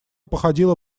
походила